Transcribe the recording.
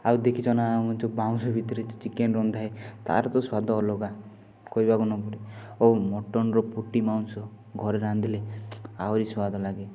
ଆଉ ଦେଖିଛନା ଯେଉଁ ବାଉଁଶ ଭିତରେ ଚିକେନ୍ ରନ୍ଧା ହୁଏ ତା'ର ତ ସ୍ଵାଦ ଅଲଗା କହିବାକୁ ନପଡ଼େ ଓ ମଟନ୍ର ପୁଟି ମାଉଁସ ଘରେ ରାନ୍ଧିଲେ ଆହୁରି ସୁଆଦ ଲାଗେ